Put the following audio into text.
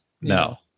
No